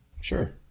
Sure